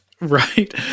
Right